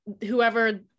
whoever